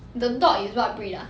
the dog is what breed ah